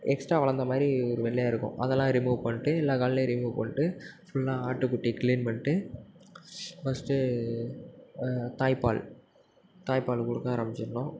extra வளர்ந்த மாதிரி ஒரு வெள்ளையாக இருக்கும் அதெல்லாம் ரிமூவ் பண்ணிட்டு எல்லா கால்லேயும் ரிமூவ் பண்ணிட்டு ஃபுல்லாக ஆட்டுக்குட்டியை கிளீன் பண்ணிட்டு ஃபர்ஸ்ட்டு தாய்ப்பால் தாய்ப்பால் கொடுக்க ஆரம்பிச்சிடணும்